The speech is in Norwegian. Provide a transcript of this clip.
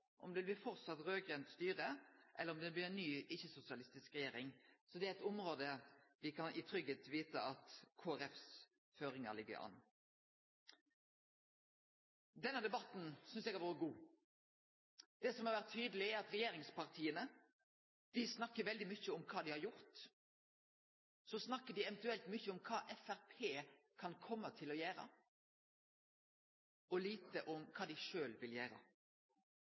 om det framleis blir eit raud-grønt styre, eller om det blir ei ny ikkje-sosialistisk regjering. Så det er eit område der ein trygt kan vite kva som er føringane frå Kristeleg Folkeparti. Denne debatten synest eg har vore god. Det som har vore tydeleg, er at regjeringspartia snakkar veldig mykje om kva dei har gjort. Så snakkar dei veldig mykje om kva Framstegspartiet eventuelt kan kome til å gjere, og lite om kva dei vil